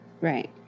Right